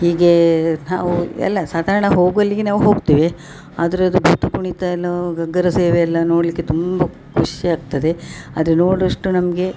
ಹೀಗೇ ನಾವು ಎಲ್ಲ ಸಾಧಾರ್ಣ ಹೋಗುವಲ್ಲಿಗೆ ನಾವು ಹೋಗ್ತೇವೆ ಆದರೆ ಅದು ಭೂತ ಕುಣಿತ ಎಲ್ಲವ ಗಗ್ಗರ ಸೇವೆ ಎಲ್ಲ ನೋಡಲ್ಲಿಕ್ಕೆ ತುಂಬ ಖುಷಿ ಆಗ್ತದೆ ಆದರೆ ನೋಡುವಷ್ಟು ನಮಗೆ